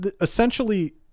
essentially